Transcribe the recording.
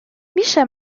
میشه